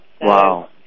Wow